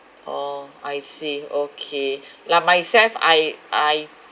orh I see okay like myself I I